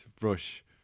brush